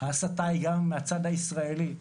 ההסתה היא גם מהצד הישראלי.